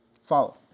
follow